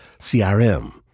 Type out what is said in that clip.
CRM